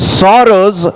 sorrows